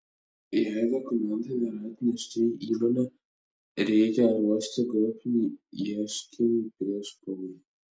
jei dokumentai nėra atnešti į įmonę reikia ruošti grupinį ieškinį prieš paulių